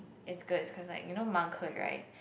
it's good cause like you know monkhood right